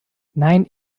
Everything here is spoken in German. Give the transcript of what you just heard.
nein